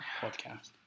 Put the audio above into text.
podcast